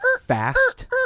fast